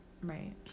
Right